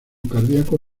cardíaco